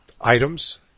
items